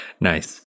Nice